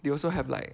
they also have like